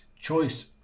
choice